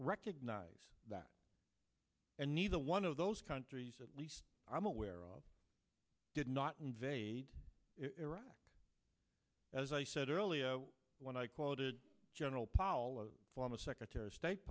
recognize that and neither one of those countries at least i'm aware did not invade iraq as i said earlier when i quoted general powell former secretary of state